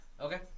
Okay